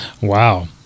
Wow